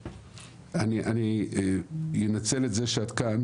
אני אנצל את זה שאת כאן,